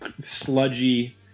sludgy